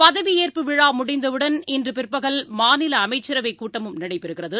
பதவியேற்பு விழாமுடிந்தவுடன் இன்றுபிற்பகல் மாநிலஅமைச்சரவைக் கூட்டமும் நடைபெறுகிறது